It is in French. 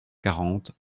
quarante